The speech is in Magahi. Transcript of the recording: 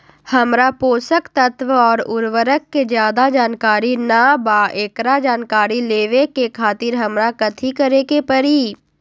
हमरा पोषक तत्व और उर्वरक के ज्यादा जानकारी ना बा एकरा जानकारी लेवे के खातिर हमरा कथी करे के पड़ी?